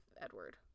Edward